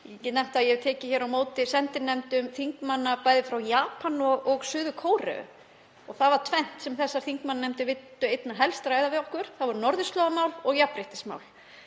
get nefnt að ég hef tekið á móti sendinefndum þingmanna, bæði frá Japan og Suður-Kóreu, og það var tvennt sem þessar þingmannanefndir vildu einna helst ræða við okkur. Það voru norðurslóðamál og jafnréttismál.